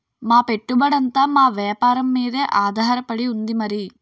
మా పెట్టుబడంతా మా వేపారం మీదే ఆధారపడి ఉంది మరి